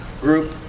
group